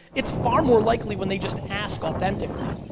it's far more likely when they just ask authentically.